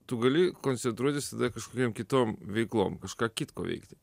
tu gali koncentruotis tada kažkokiom kitom veiklom kažką kitko veikti